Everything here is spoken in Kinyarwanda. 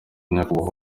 nyakubahwa